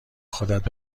خودت